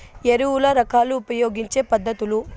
ఎరువుల రకాలు ఉపయోగించే పద్ధతులు?